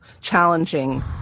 challenging